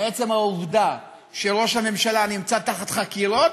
מעצם העובדה שראש הממשלה נמצא תחת חקירות,